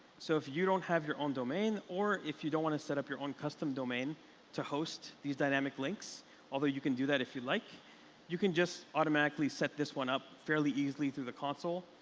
so if you don't have your own domain, or if you don't want to set up your own custom domain to host these dynamic links although, you can do that if you like you can just automatically set this one up fairly easily through the console.